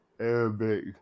Arabic